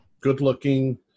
good-looking